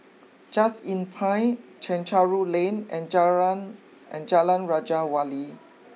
just Inn Pine Chencharu Lane and Jalan and Jalan Raja Wali